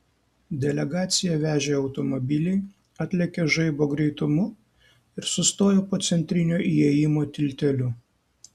delegaciją vežę automobiliai atlėkė žaibo greitumu ir sustojo po centrinio įėjimo tilteliu